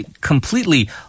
completely